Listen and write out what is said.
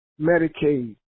Medicaid